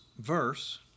verse